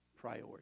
priority